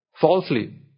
falsely